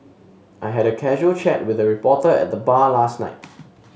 I had a casual chat with a reporter at the bar last night